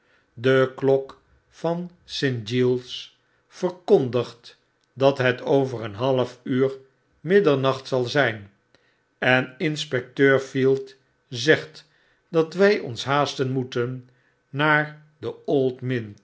de klok van st giles verkondigt dat het over een half uur middernacht zal zijn en inspecteur field zegt dat wy ons haasten moeten naar de